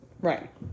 right